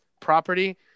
property